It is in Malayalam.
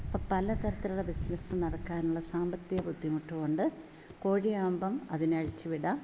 അപ്പ പല തരത്തിലുള്ള ബിസിനസ്സ് നടക്കാനു ള്ള സാമ്പത്തിക ബുദ്ധിമുട്ട് കൊണ്ട് കോഴി ആവുമ്പം അതിനെ അഴിച്ച് വിടാം